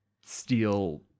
steal